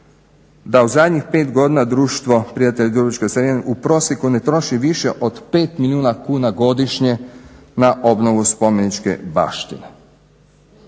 da u zadnjih 5 godina Društvo prijatelja dubrovačkih starina u prosjeku ne troši više od 5 milijuna kuna godišnje na obnovu spomeničke baštine.